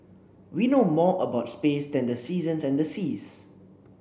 we know more about space than the seasons and the seas